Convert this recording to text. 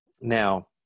Now